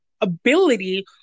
ability